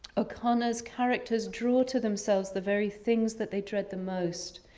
o'connor characters draw to themselves the vary things that they dread the most.